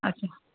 अछा